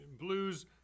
blues –